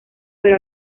pero